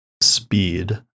speed